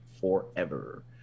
forever